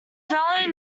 family